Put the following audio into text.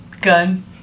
gun